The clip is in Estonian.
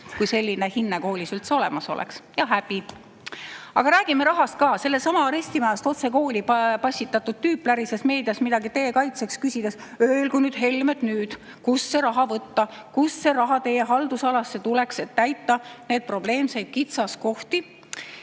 kui selline hinne koolis olemas oleks! Ja häbi! Aga räägime rahast ka. Seesama arestimajast otse kooli passitatud tüüp plärises meedias midagi teie kaitseks, küsides: öelgu need Helmed nüüd, kust see raha võtta, kust see raha teie haldusalasse tuleks, et täita neid probleemseid kitsaskohti,